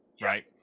right